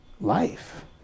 life